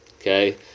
okay